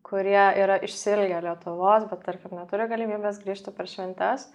kurie yra išsiilgę lietuvos bet tarkim neturi galimybės grįžti per šventes